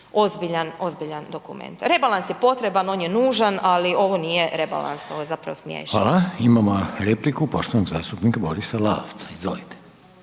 ozbiljan dokument. Rebalans je potreban, on je nužan, ali ovo nije rebalans, ovo je zapravo smiješno. **Reiner, Željko (HDZ)** Hvala. Imamo repliku poštovanog zastupnika Borisa Lalovca. Izvolite.